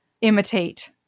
imitate